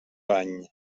bany